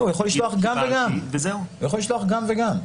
הוא יכול לשלוח גם וגם.